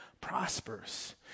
prosperous